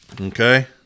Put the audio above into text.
Okay